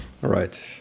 right